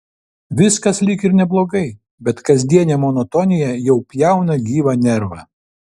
viskas lyg ir neblogai bet kasdienė monotonija jau pjauna gyvą nervą